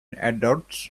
adults